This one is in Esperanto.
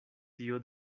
tio